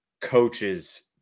coaches